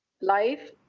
life